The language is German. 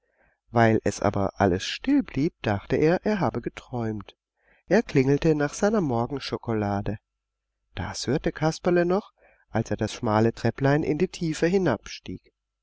weil dann aber alles still blieb dachte er er habe geträumt er klingelte nach seiner morgenschokolade das hörte kasperle noch als er das schmale trepplein in die tiefe hinabstieg